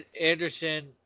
Anderson